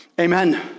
Amen